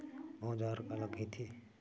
औजार काला कइथे?